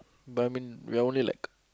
but I mean we're only like